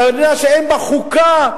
במדינה שאין בה חוקה,